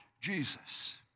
Jesus